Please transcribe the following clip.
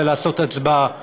לעשות הצבעה.